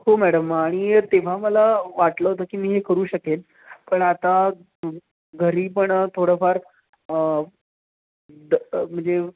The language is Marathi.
हो मॅडम आणि तेव्हा मला वाटलं होतं की मी हे करू शकेन पण आता घरी पण थोडंफार द म्हणजे